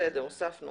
נוסיף